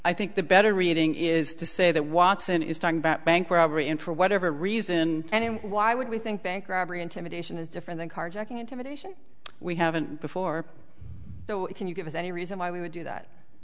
i think the better reading is to say that watson is talking about bank robbery in for whatever reason and why would we think bank robbery intimidation is different than carjacking intimidation we haven't before can you give us any reason why we would do that